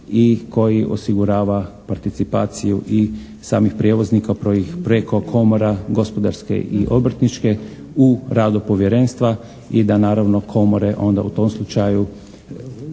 i koji osigurava participaciju i samih prijevoznika, preko komora gospodarske i obrtničke u radu povjerenstva i da naravno komore onda u tom slučaju